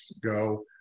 go